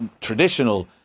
traditional